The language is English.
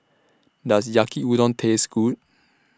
Does Yaki Udon Taste Good